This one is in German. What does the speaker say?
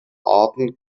arten